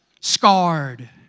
scarred